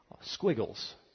Squiggles